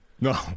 no